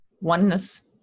oneness